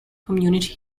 community